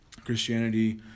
Christianity